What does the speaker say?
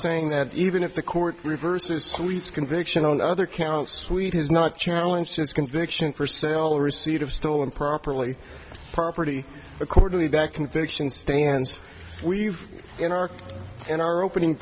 saying that even if the court reverses fleet's conviction on other counts sweet has not challenge his conviction for sale receipt of stolen properly property accordingly that conviction stands we've in our in our opening